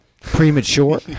Premature